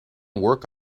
work